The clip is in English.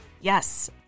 Yes